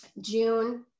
june